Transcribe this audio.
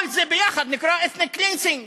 כל זה יחד נקרא ethnic cleansing,